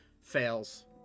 fails